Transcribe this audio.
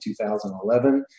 2011